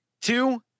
Two